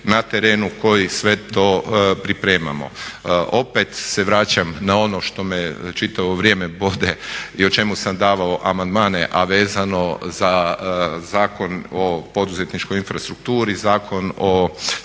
na terenu, koji sve to pripremamo. Opet se vraćam na ono što me čitavo vrijeme bode i o čemu sam davao amandmane, a vezano za Zakon o poduzetničkoj infrastrukturi, Zakon o strateškim